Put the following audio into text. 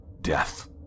Death